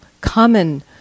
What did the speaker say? common